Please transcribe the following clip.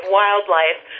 wildlife